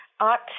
Art